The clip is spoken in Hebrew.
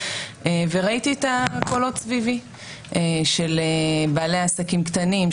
וראיתי את הקולות סביבי של בעלי עסקים קטנים,